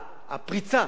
הפריצה,